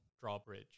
drawbridge